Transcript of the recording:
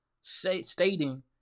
stating